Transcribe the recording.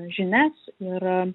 žinias ir